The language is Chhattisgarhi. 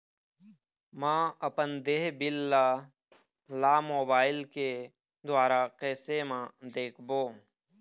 म अपन देय बिल ला मोबाइल के द्वारा कैसे म देखबो?